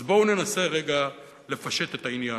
אז בואו ננסה רגע לפשט את העניין.